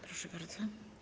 Proszę bardzo.